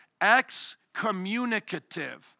excommunicative